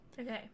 Okay